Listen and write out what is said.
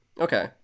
okay